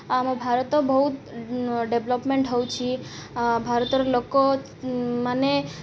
ଆମ ଭାରତ ବହୁତ ଡେଭ୍ଲପ୍ମେଣ୍ଟ୍ ହେଉଛି ଭାରତର ଲୋକ ମାନେ